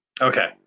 Okay